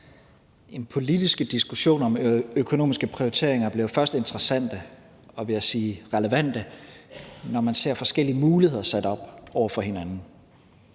De politiske diskussioner om økonomiske prioriteringer bliver jo først interessante – og relevante, vil jeg sige – når man ser forskellige muligheder sat op over for hinanden.